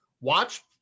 Watch